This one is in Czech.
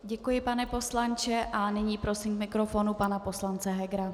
Děkuji, pane poslanče, a nyní prosím k mikrofonu pana poslance Hegera.